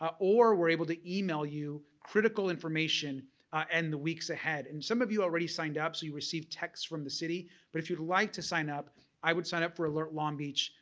ah or we're able to email you critical information in and the weeks ahead. and some of you already signed up so you receive texts from the city but if you'd like to sign up i would sign up for alert long beach.